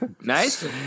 nice